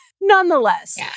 nonetheless